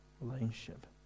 relationship